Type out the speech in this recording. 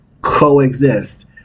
coexist